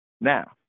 Now